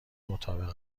مطابق